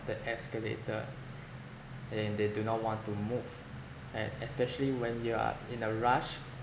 the escalator and then they do not want to move at especially when you are in a rush